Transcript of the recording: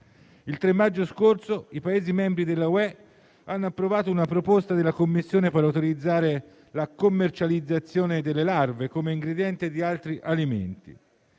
il 3 maggio scorso i Paesi membri dell'Unione europea hanno approvato una proposta della Commissione per autorizzare la commercializzazione delle larve come ingrediente di altri alimenti.